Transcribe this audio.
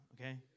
okay